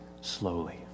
slowly